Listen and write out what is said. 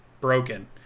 Broken